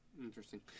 Interesting